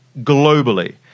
globally